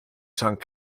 tang